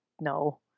no